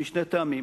משני טעמים.